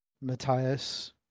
Matthias